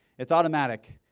it's automatic.